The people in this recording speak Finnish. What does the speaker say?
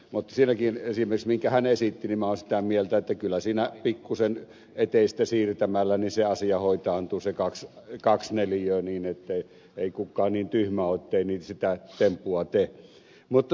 mutta siinäkin esimerkissä minkä hän esitti minä olen sitä mieltä että kyllä pikkuisen eteistä siirtämällä se asia hoitaantuu se kaksi neliötä ei kukaan niin tyhmä ole ettei sitä temppua tee